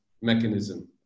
mechanism